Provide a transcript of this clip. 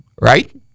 right